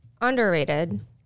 underrated